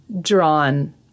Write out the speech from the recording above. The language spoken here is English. drawn